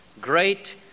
great